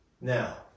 Now